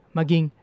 maging